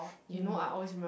you know